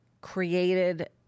created